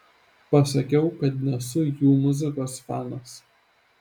pasakiau kad nesu jų muzikos fanas